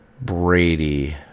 Brady